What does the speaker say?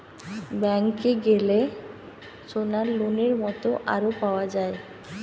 ব্যাংকে গ্যালে সোনার লোনের মত আরো পাওয়া যায়